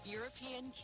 European